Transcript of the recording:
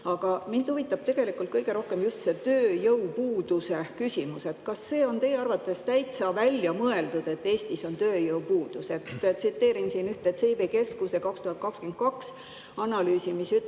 Aga mind huvitab tegelikult kõige rohkem just tööjõupuuduse küsimus. Kas see on teie arvates täitsa välja mõeldud, et Eestis on tööjõupuudus? Tsiteerin ühte CV Keskuse 2022 analüüsi, mis ütleb,